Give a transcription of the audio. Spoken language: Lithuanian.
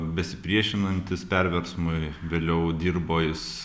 besipriešinantis perversmui vėliau dirbo jis